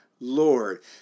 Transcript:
Lord